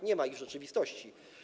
Nie ma ich w rzeczywistości.